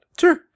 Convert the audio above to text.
Sure